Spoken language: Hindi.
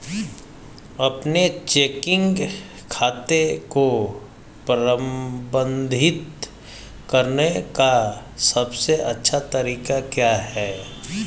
अपने चेकिंग खाते को प्रबंधित करने का सबसे अच्छा तरीका क्या है?